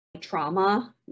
trauma